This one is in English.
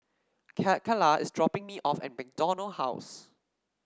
Cacalla is dropping me off at MacDonald House